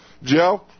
Joe